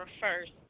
first